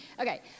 Okay